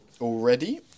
already